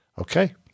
Okay